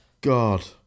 god